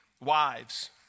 Wives